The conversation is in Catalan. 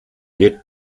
llet